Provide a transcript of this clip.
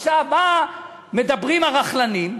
עכשיו, מה מדברים הרכלנים?